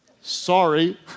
Sorry